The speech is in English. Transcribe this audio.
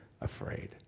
afraid